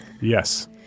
Yes